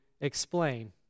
explain